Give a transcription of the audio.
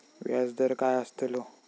व्याज दर काय आस्तलो?